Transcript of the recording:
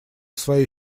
своей